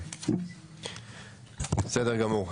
בסדר גמור.